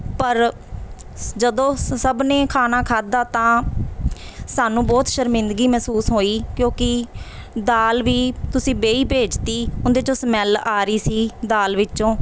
ਪਰ ਸ ਜਦੋਂ ਸ ਸਭ ਨੇ ਖਾਣਾ ਖਾਧਾ ਤਾਂ ਸਾਨੂੰ ਬਹੁਤ ਸ਼ਰਮਿੰਦਗੀ ਮਹਿਸੂਸ ਹੋਈ ਕਿਉਂਕਿ ਦਾਲ ਵੀ ਤੁਸੀਂ ਬੇਹੀ ਭੇਜ ਤੀ ਉਹਦੇ 'ਚੋਂ ਸਮੈਲ ਆ ਰਹੀ ਸੀ ਦਾਲ ਵਿੱਚੋਂ